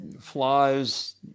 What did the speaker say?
flies